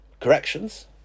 corrections